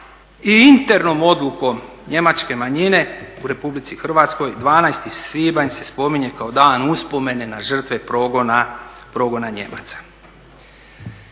i internom odlukom njemačke manjine u RH 12. svibanj se spominje kao Dan uspomene na žrtve progona Nijemaca.